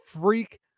freak